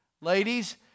Ladies